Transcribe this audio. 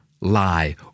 lie